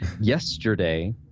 Yesterday